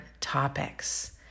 topics